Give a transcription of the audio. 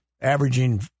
Averaging